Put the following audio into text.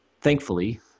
Thankfully